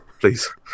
Please